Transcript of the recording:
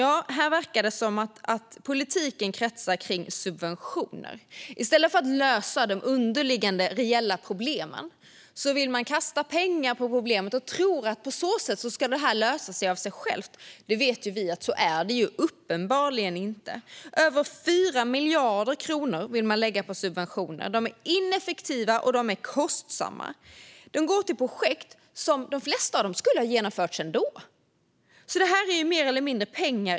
Det verkar som att politiken kretsar kring subventioner. I stället för att lösa de underliggande, reella problemen vill man kasta pengar på dem och tror att de på så sätt ska lösa sig av sig själva. Vi vet att det uppenbarligen inte är så. Över 4 miljarder kronor vill man lägga på subventioner. De är ineffektiva och kostsamma och går till projekt som i de flesta fall skulle ha genomförts ändå. Det är alltså pengar i sjön, mer eller mindre.